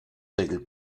del